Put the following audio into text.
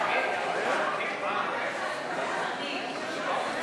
מסדר-היום את הצעת חוק למניעת פגיעה במדינת ישראל באמצעות חרם (תיקון,